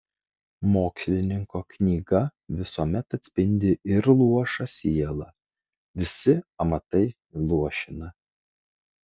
mokslininko knyga visuomet atspindi ir luošą sielą visi amatai luošina